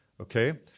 okay